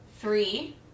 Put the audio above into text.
Three